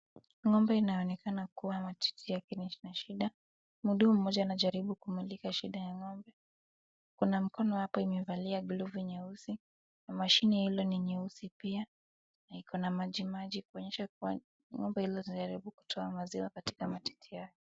Ng'ombe inaonekana kuwa matiti yake ina shida, mhudumu mmoja anajaribu kumulika shida ya ng'ombe, kuna mkono hapa imevalia glovu nyeusi na mashini ile ni nyeusi pia na iko na majimaji kuonyesha kuwa ng'ombe hiyo imejaribu kutoa maziwa katika matiti yake.